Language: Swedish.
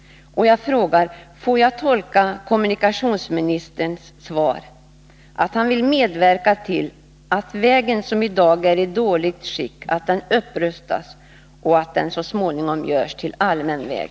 Jag frågar: Får jag tolka kommunikationsministerns svar så att han vill medverka till att vägen, som i dag är i dåligt skick, upprustas och så småningom görs till allmän väg?